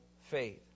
faith